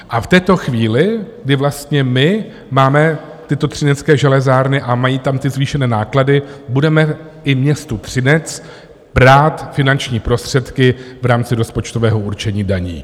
A v této chvíli, kdy vlastně my máme tyto Třinecké železárny a mají tam ty zvýšené náklady, budeme i městu Třinec brát finanční prostředky v rámci rozpočtového určení daní.